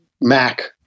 Mac